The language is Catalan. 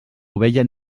ovella